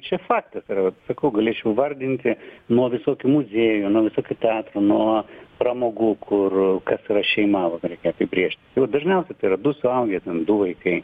čia faktas ir vat sakau galėčiau vardinti nuo visokių muziejų nuo visokių teatrų nuo pramogų kur kas yra šeima mum reikia apibrėžt dažniausia tai yra du suaugę ten du vaikai